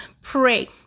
Pray